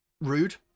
Rude